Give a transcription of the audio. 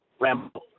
Rambo